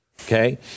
okay